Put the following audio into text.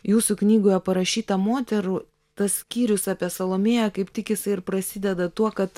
jūsų knygoje parašyta moterų tas skyrius apie salomėją kaip tik jisai ir prasideda tuo kad